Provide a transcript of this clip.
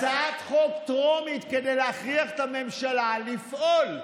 הצעת חוק טרומית, כדי להכריח את הממשלה לפעול.